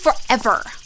forever